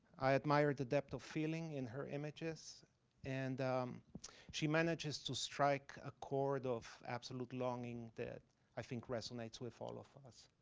i admire the depth of feeling in her images and she manages to strike a chord of absolute longing that i think resonates with all of us.